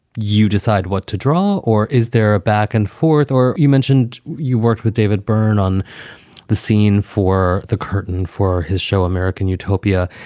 you decide what to draw? draw? or is there a back and forth or you mentioned you worked with david byrne on the scene for the curtain for his show, american utopia.